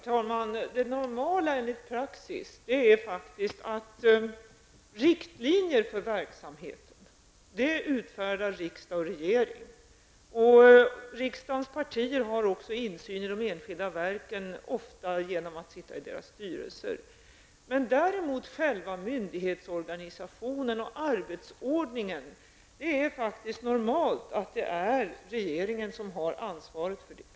Herr talman! Praxis är att riktlinjer för verksamheten utfärdas av riksdag och regering. Riksdagens partier har också insyn i de enskilda verken oftast genom representation i styrelserna. Men däremot är det normalt att regeringen har ansvaret för myndighetsorganisationen och arbetsordningen.